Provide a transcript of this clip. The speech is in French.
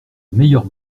meilleure